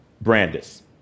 Brandis